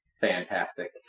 Fantastic